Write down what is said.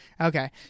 Okay